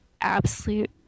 absolute